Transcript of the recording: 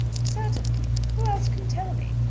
certainly! who else can tell me?